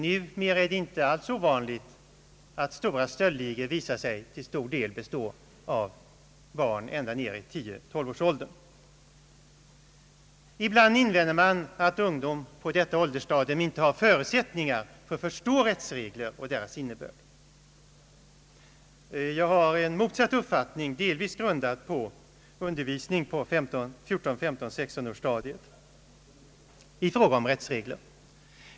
Numera är det inte alls ovanligt att stora stöldligor visar sig till stor del bestå av barn ända ned i 10—12-årsåldern. Ibland invänder man att ungdomen i detta åldersstadium inte har förutsättningar för att förstå rättsregler och deras innebörd. Jag har en motsatt uppfattning, delvis grundad på undervisning på 14— 15—16-årsstadiet.